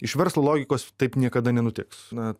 iš verslo logikos taip niekada nenutiks na